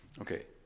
okay